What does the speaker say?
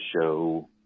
show